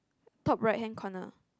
top right hand corner